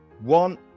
one